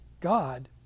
God